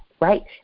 right